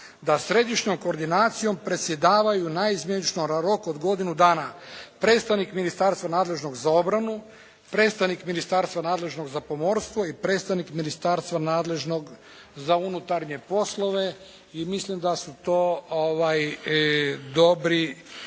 da središnjom koordinacijom predsjedavaju naizmjenično na rok od godinu dana predstavnik ministarstva nadležnog za obranu, predstavnik ministarstvo nadležnog za pomorstvo i predstavnik ministarstva nadležnog za unutarnje poslove. I mislim da su to dobri